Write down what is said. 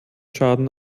schaden